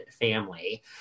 family